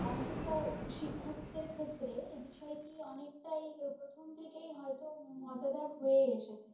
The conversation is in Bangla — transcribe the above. অন্তত শিক্ষার্থীদের ক্ষেত্রে এ বিষয়টি অনেকটাই প্রথম থেকেই হয়তো মজাদার হয়ে এসেছে